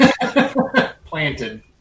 Planted